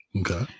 Okay